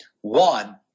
one